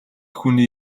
хүний